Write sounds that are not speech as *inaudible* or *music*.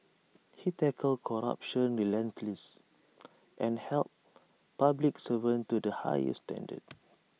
he tackled corruption relentless *noise* and held public servants to the highest standards